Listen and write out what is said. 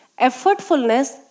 effortfulness